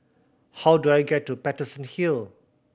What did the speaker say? how do I get to Paterson Hill